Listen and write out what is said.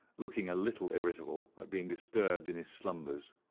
looking a little irritable at being disturbed in his slumbers.